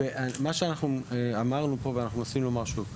מה שאנחנו אמרנו פה ואנחנו מנסים לומר שוב,